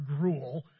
gruel